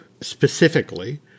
specifically